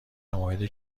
مورد